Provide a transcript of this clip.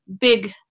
big